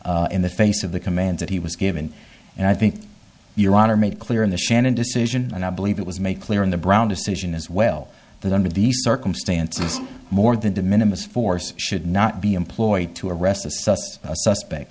donte in the face of the command that he was given and i think your honor made clear in the shannon decision and i believe it was made clear in the brown decision as well that under these circumstances more than de minimus force should not be employed to arrest a suspect a suspect